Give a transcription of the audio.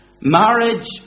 Marriage